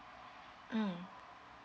mm